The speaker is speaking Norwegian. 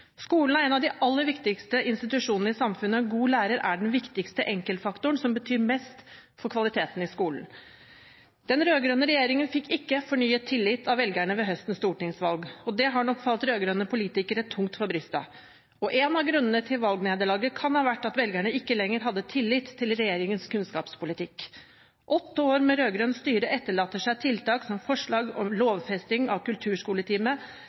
Skolen er en av de aller viktigste institusjonene i samfunnet, og en god lærer er den viktigste enkeltfaktoren og den som betyr mest for kvaliteten i skolen. Den rød-grønne regjeringen fikk ikke fornyet tillitt av velgerne ved høstens stortingsvalg. Det har nok falt rød-grønne politikere tungt for brystet. En av grunnene til valgnederlaget kan ha vært at velgerne ikke lenger hadde tillitt til regjeringens kunnskapspolitikk. Åtte år med rød-grønt styre etterlater seg tiltak som forslag om lovfesting av kulturskoletime,